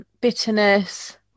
bitterness